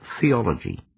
theology